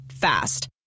Fast